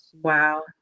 Wow